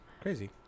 crazy